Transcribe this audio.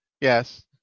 Yes